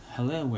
Hello